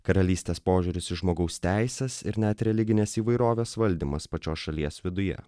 karalystės požiūris į žmogaus teises ir net religinės įvairovės valdymas pačios šalies viduje